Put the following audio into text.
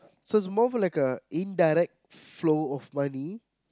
so it's more of like a indirect flow of money